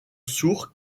sourds